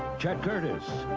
chad curtis,